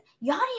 y'all